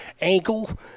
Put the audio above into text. ankle